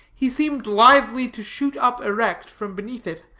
he seemed lithely to shoot up erect from beneath it,